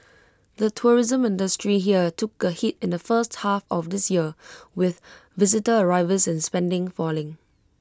the tourism industry here took A hit in the first half of this year with visitor arrivals and spending falling